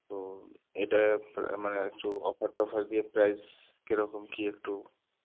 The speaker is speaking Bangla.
তো এটা মানে একটু অফার টফার দিয়ে প্রাইস কিরকম কী একটু